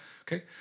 Okay